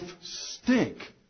stink